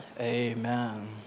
Amen